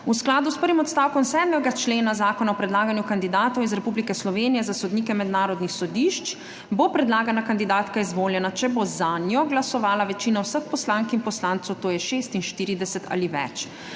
V skladu s prvim odstavkom 7. člena Zakona o predlaganju kandidatov iz Republike Slovenije za sodnike mednarodnih sodišč bo predlagana kandidatka izvoljena, če bo zanjo glasovala večina vseh poslank in poslancev, to je 46 ali več.